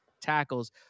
tackles